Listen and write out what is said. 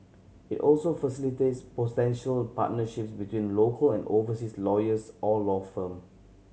it also facilitates potential partnerships between local and overseas lawyers or law firm